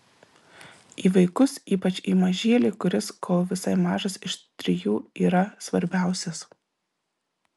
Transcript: į vaikus ypač į mažylį kuris kol visai mažas iš trijų yra svarbiausias